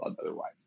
otherwise